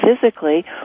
physically